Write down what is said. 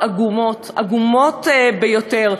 עגומות, עגומות ביותר.